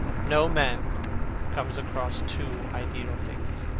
no man comes across two ideal things.